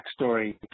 backstory